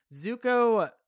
Zuko